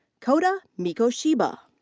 kota mikoshiba.